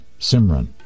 Simran